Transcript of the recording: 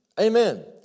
Amen